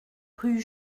rue